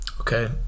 Okay